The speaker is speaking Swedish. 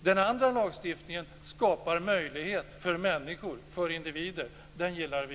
Den andra lagstiftningen skapar möjlighet för människor, individer. Den gillar vi.